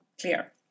clear